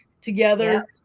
together